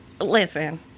listen